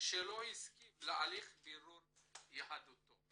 שלא הסכים להליך בירור יהדותו.